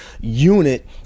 unit